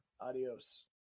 Adios